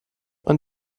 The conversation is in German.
man